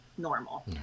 normal